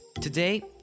Today